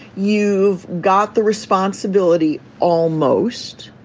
you've got the responsibility almost.